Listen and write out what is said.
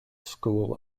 school